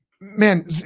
man